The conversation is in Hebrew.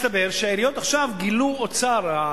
מסתבר שהעיריות עכשיו גילו אוצר,